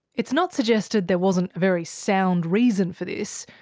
it's not suggested there wasn't a very sound reason for this.